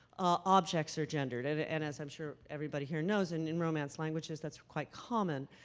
objects are gendered. and and as i'm sure everybody here knows, in in romance languages, that's quite common,